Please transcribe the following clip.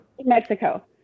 mexico